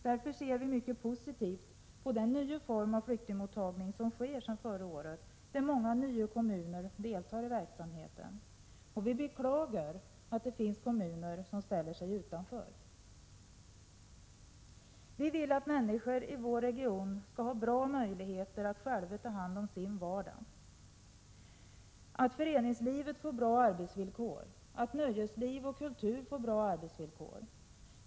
Därför ser vi mycket positivt på den nya form av flyktingmottagning som sker sedan förra året, där många nya kommuner deltar i verksamheten. Vi beklagar de kommuner som ställer sig utanför. Vi vill att människor i vår region skall ha bra möjligheter att själva ta hand om sin vardag; att föreningslivet får bra arbetsvillkor; att nöjesliv och kultur får bra villkor.